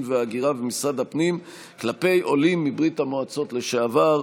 וההגירה ומשרד הפנים כלפי עולים מברית המועצות לשעבר.